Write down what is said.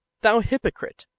thou hypocrite,